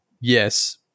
yes